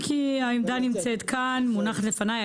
העמדה נמצאת כאן מונחת לפניי.